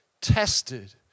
tested